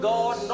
God